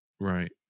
Right